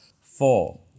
Four